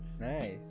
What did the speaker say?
Nice